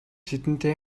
тэдэнтэй